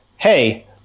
Hey